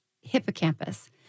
hippocampus